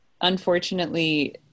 unfortunately